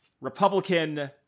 Republican